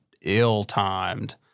ill-timed